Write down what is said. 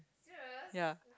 ya